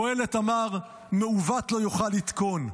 קהלת אמר: "מעֻוָּת לא יוכל לתקֹן".